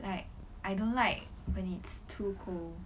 like I don't like when it's too cold right